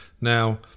Now